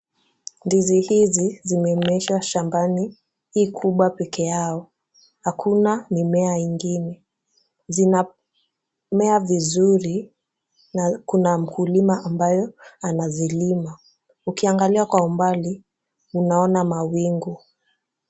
Ndizi hizi zinaonyesha shambani hii kubwa pekee yao hakuna mimea ingine, zinamea vizuri na kuna mkulima ambayo anazilima, ukiangalia kwa umbali unaona mawingu.